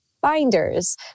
Binders